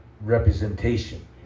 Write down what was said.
representation